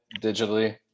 digitally